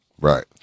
Right